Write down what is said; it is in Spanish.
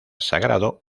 sagrado